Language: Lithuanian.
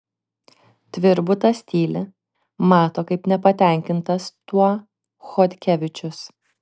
tvirbutas tyli mato kaip nepatenkintas tuo chodkevičius